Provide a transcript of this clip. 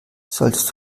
solltest